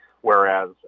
whereas